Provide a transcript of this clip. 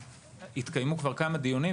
התקיימו כבר כמה דיונים,